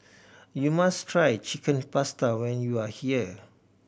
you must try Chicken Pasta when you are here